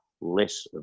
less